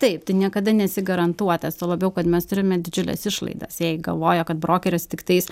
taip tu niekada nesi garantuotas tuo labiau kad mes turime didžiules išlaidas jei galvoja kad brokeris tiktais